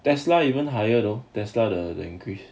tesla even higher though tesla the increase